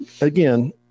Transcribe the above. Again